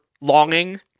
longing